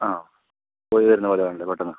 ആ പോയി വരുന്ന പോലെ വേണമല്ലെ പെട്ടെന്ന്